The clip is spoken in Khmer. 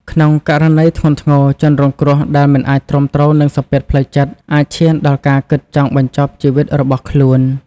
ក្នុងករណីធ្ងន់ធ្ងរ ជនរងគ្រោះដែលមិនអាចទ្រាំទ្រនឹង សម្ពាធផ្លូវចិត្ត អាចឈានដល់ការ គិតចង់បញ្ចប់ជីវិតរបស់ខ្លួន។